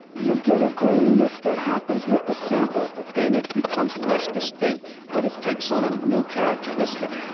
you get a graininess that happens with the sample and it becomes less distinct, but it takes on a new characteristic.